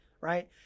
right